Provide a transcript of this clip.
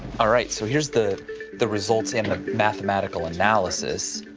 all right, so here's the the results and the mathematical analysis.